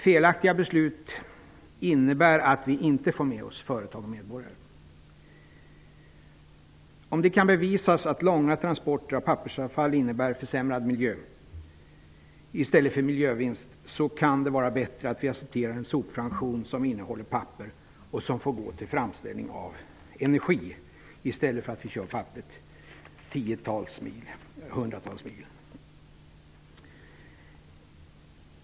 Felaktiga beslut innebär att vi inte får med oss företag och medborgare. Om det kan bevisas att långa transporter av pappersavfall innebär en försämrad miljö i stället för en miljövinst, kan det vara bättre att acceptera en sopfraktion som innehåller papper och som får gå till framställning av energi, i stället för att köra papperet hundratals mil.